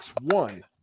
One